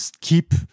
keep